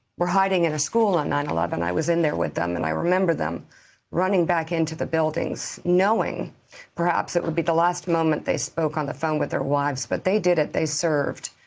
were hiding in a school on nine. and i was in there with them and i remember them running back into the buildings knowing perhaps it would be the last moment they spoke on the phone with their wives, but they did it. they served.